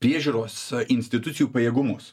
priežiūros institucijų pajėgumus